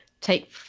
take